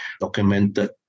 documented